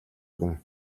өгнө